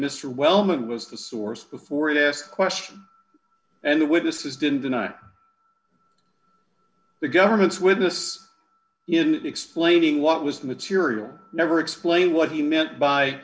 mr wellman was the source before and asked question and the witnesses didn't deny the government's witness in explaining what was the material never explained what he meant by